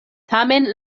tamen